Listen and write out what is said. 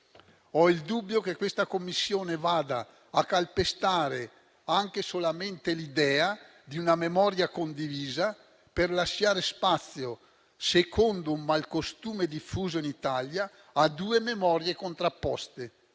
Ho il dubbio che questa Commissione vada a calpestare anche solamente l'idea di una memoria condivisa, per lasciare spazio, secondo un malcostume diffuso in Italia, a due memorie contrapposte.